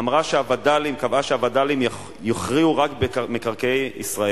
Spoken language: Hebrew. קבעה שהווד"לים יכריעו רק במקרקעי ישראל.